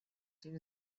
این